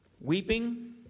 weeping